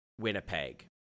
Winnipeg